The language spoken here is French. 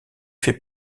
fait